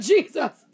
Jesus